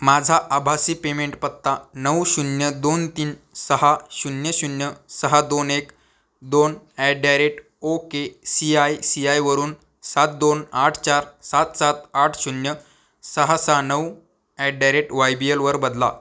माझा आभासी पेमेंट पत्ता नऊ शून्य दोन तीन सहा शून्य शून्य सहा दोन एक दोन at the rate O K C I C I वरून सात दोन आठ चार सात सात आठ शून्य सहा सहा नऊ at the rate Y B एलवर बदला